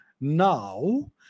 Now